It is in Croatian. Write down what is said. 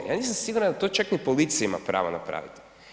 Ja nisam siguran da to čak ni policija ima pravo napraviti.